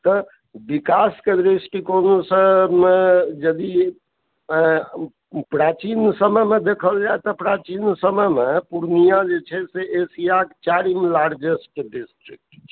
तऽ विकाशके दृश्टिकोणसँ यदि प्राचीन समयमे देखल जाए तऽ प्राचीन समयमे पूर्णिया जे छै एशियाके लार्जेस्ट देश छै